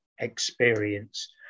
experience